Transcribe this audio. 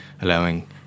allowing